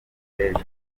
hejuru